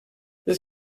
this